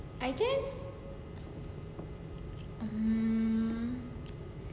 I guess um